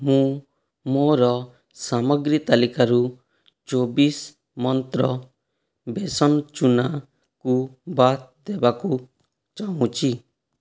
ମୁଁ ମୋର ସାମଗ୍ରୀ ତାଲିକାରୁ ଚବିଶ ମନ୍ତ୍ର ବେସନ ଚୂନାକୁ ବାଦ୍ ଦେବାକୁ ଚାହୁଁଛି